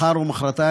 מחר או מחרתיים,